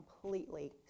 completely